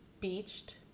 Beached